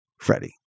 Freddie